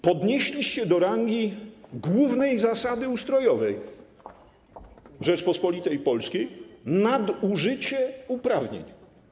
Podnieśliście do rangi głównej zasady ustrojowej Rzeczypospolitej Polskiej nadużycie uprawnień.